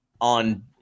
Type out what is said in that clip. on